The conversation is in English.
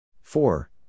Four